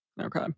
Okay